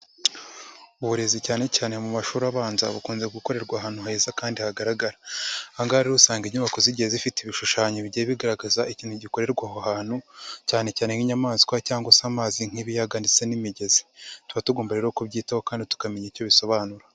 Uburezi cyane cyane mu mashuri abanza bukunze gukorerwa ahantu heza kandi hagaragarara. Aha ngaha rero usanga inyubako zigiye zifite ibishushanyo bigiye bigaragaza ikintu gikorerwa aho hantu cyane cyane nk'inyamaswa cyangwa se amazi nk'ibiyaga ndetse n'imigezi. Tuba tugomba rero kubyitaho kandi tukamenya icyo bisobanura.